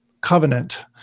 covenant